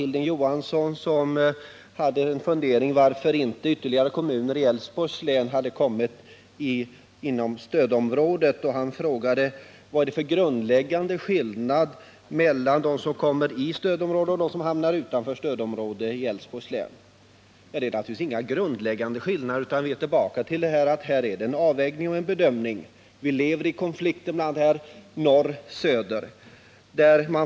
Hilding Johansson hade några funderingar om varför inte ytterligare kommuner i Älvsborgs län hade kommit in i stödområdet. Han frågade: Vad är det för grundläggande skillnad mellan dem som kommer in i och dem som hamnar utanför stödområdet i Älvsborgs län? Ja, det är naturligtvis inga grundläggande skillnader. Vi kommer tillbaka till att det här gäller att göra en avvägning, en bedömning. Vi lever i konflikt mellan norr och söder.